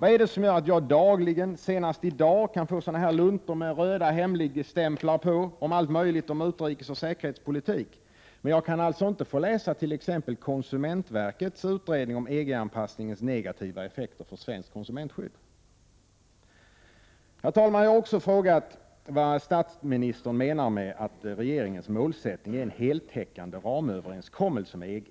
Vad är det som gör att jag dagligen — senast i dag — kan få sådana här luntor med röda hemligstämplar på om allt möjligt, om utrikesoch säkerhetspolitik, men alltså inte kan få läsa t.ex. konsumentverkets utredning om EG-anpassningens negativa effekter för svenskt konsumentskydd? Herr talman! Jag har också frågat vad statsministern menar med att regeringens målsättning är en ”heltäckande ramöverenskommelse” med EG.